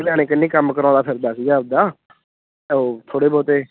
ਲੁਧਿਆਣੇ ਕਿੰਨੇ ਕੰਮ ਕਰਾਉਂਦਾ ਫਿਰਦਾ ਸੀਗਾ ਆਪਦਾ ਉਹ ਥੋੜ੍ਹੇ ਬਹੁਤੇ